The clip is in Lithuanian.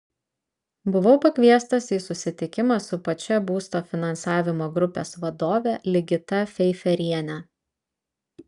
buvau pakviestas į susitikimą su pačia būsto finansavimo grupės vadove ligita feiferiene